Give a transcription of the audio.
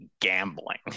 gambling